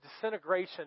disintegration